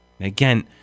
Again